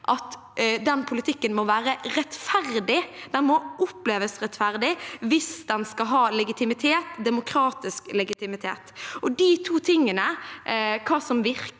at den politikken må være rettferdig. Den må oppleves rettferdig hvis den skal ha demokratisk legitimitet. De to tingene – hva som virker